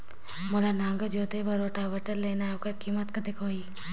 मोला नागर जोते बार रोटावेटर लेना हे ओकर कीमत कतेक होही?